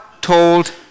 told